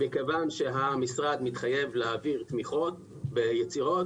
מכיוון שהמשרד מתחייב להעביר תמיכות ליצירות